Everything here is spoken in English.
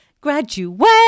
graduate